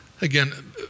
Again